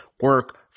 Work